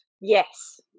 Yes